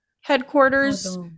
headquarters